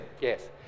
Yes